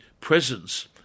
presence